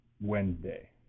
Wednesday